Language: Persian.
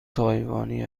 تایوانی